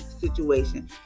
situation